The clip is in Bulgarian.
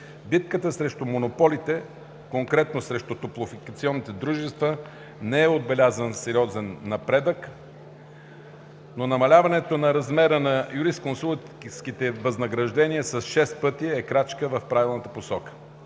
битката срещу монополите, конкретно срещу топлофикационните дружества, не е отбелязан сериозен напредък, но намаляването на размера на юрисконсултските възнаграждения с шест пъти е крачка в правилната посока.